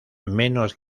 menos